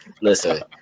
listen